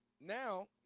now